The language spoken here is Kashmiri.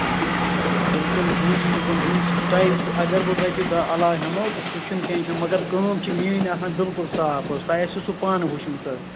بِلکُل بوٗزِو یہِ کُن تۄہہِ اَگر بہٕ رۄپیہِ دہ علاوٕ ہیٚمَو سُہ چھُنہٕ ٹینشن مَگر کٲم چھِ میٛٲںی آسان بِلکُل صاف حظ تۄہہِ ٲسوٕ سُہ پانہٕ وُچھمُت حظ